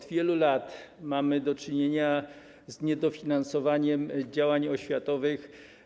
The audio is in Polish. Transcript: Od wielu lat mamy do czynienia z niedofinansowaniem działań oświatowych.